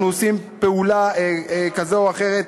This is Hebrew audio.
אנחנו עושים פעולה, כזאת או אחרת,